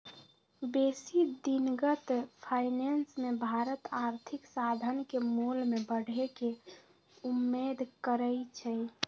बेशी दिनगत फाइनेंस मे भारत आर्थिक साधन के मोल में बढ़े के उम्मेद करइ छइ